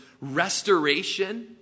restoration